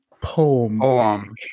poem